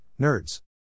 nerds